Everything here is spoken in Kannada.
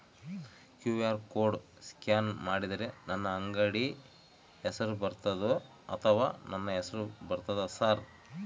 ಕ್ಯೂ.ಆರ್ ಕೋಡ್ ಸ್ಕ್ಯಾನ್ ಮಾಡಿದರೆ ನನ್ನ ಅಂಗಡಿ ಹೆಸರು ಬರ್ತದೋ ಅಥವಾ ನನ್ನ ಹೆಸರು ಬರ್ತದ ಸರ್?